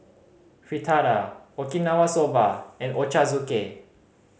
Fritada Okinawa Soba and Ochazuke